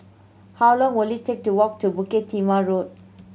how long will it take to walk to Bukit Timah Road